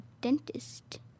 dentist